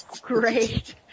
great